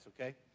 okay